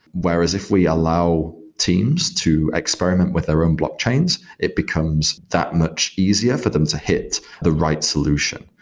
whereas if we allow teams to experiment with their own blockchains, it becomes that much easier for them to hit the right solution.